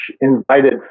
invited